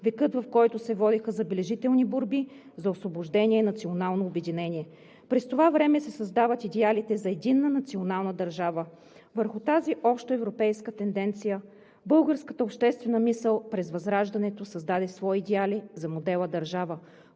векът, в който се водиха забележителни борби за освобождение и национално обединение. През това време се създават идеалите за единна национална държава. Върху тази общоевропейска тенденция българската обществена мисъл през Възраждането създаде свои идеали за модела държава,